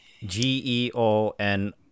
g-e-o-n